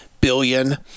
billion